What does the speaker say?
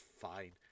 fine